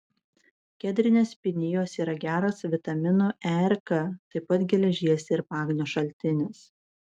kedrinės pinijos yra geras vitaminų e ir k taip pat geležies ir magnio šaltinis